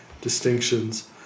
distinctions